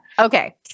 Okay